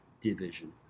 division